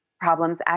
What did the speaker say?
problems